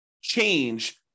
change